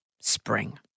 spring